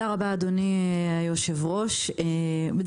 אדוני היושב-ראש, תודה רבה.